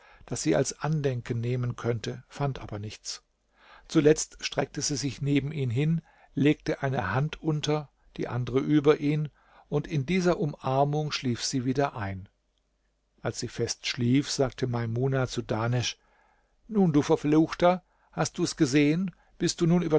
das sie als andenken nehmen könnte fand aber nichts zuletzt streckte sie sich neben ihn hin legte eine hand unter die andere über ihn und in dieser umarmung schlief sie wieder ein als sie fest schlief sagte maimuna zu dahnesch nun du verfluchter hast du's gesehen bist du nun